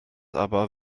aber